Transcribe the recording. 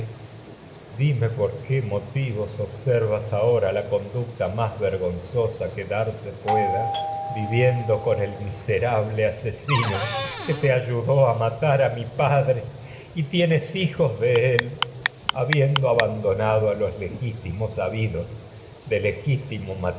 dime ducta más qué motivos observas ahora la con vergonzosa que asesino que darse pueda viviendo con el miserable te ayudó a matar a mi padre y tienes hijos de él habiendo de abandonado a los legítimos habidos bar tu legítimo